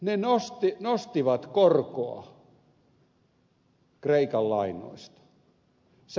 ne nostivat korkoa kreikan lainoista